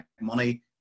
money